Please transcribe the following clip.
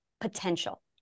potential